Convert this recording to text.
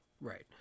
Right